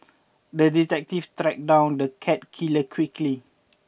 the detective tracked down the cat killer quickly